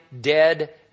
dead